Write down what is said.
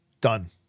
done